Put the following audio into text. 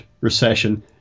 recession